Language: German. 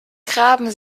graben